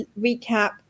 recap